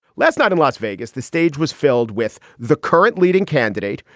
last night in las vegas, the stage was filled with the current leading candidate,